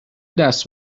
دست